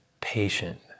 patient